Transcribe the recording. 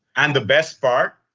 and the best part,